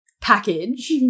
package